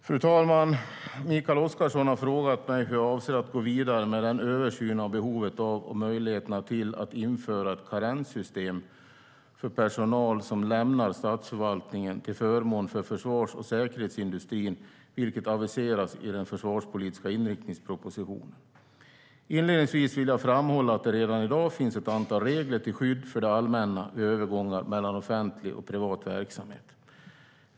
Fru talman! Mikael Oscarsson har frågat mig hur jag avser att gå vidare med den översyn av behovet av, och möjligheterna till, att införa ett karenssystem för personal som lämnar statsförvaltningen till förmån för försvars och säkerhetsindustrin vilken aviseras i den försvarspolitiska inriktningspropositionen. Inledningsvis vill jag framhålla att det redan i dag finns ett antal regler till skydd för det allmänna vid övergångar mellan offentlig och privat verksamhet.